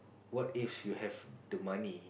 what if you have the money